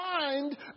mind